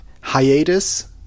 hiatus